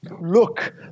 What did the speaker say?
Look